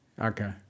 okay